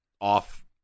off